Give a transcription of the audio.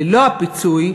ללא הפיצוי,